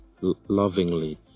lovingly